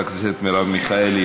חברת הכנסת מרב מיכאלי,